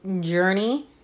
journey